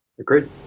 Agreed